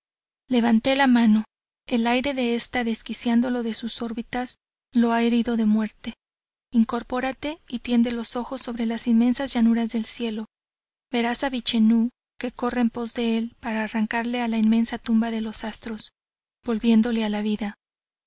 levante la mano el aire de esta desquiciándolo de sus órbitas lo ha herido de muerte incorpórate y tiende los ojos sobre las inmensas llanuras del cielo veras a vichenú que corre en pos de él para arrancarle a la inmensa tumba de los astros volviéndole a la vida